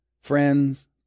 friends